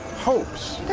hopes.